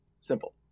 Simple